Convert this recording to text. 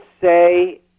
say